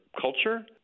culture